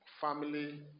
family